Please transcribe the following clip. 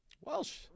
welsh